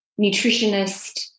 nutritionist